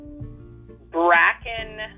bracken